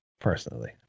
personally